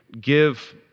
give